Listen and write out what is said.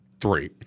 three